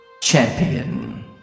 Champion